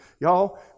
Y'all